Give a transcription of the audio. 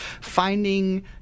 finding